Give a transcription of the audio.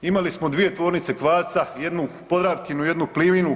Imali smo dvije tvornice kvasca, jednu Podravkinu, jednu Plivinu.